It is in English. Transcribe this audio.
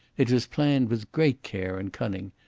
it was planned with great care and cunning,